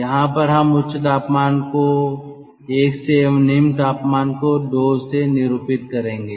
यहां पर हम उच्च तापमान को 1 से एवं निम्न तापमान को 2 से निरूपित करेंगे